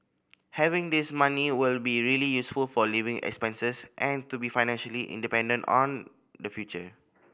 having this money will be really useful for living expenses and to be financially independent on the future